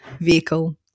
vehicle